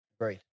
Agreed